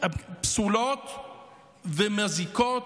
פסולות ומזיקות,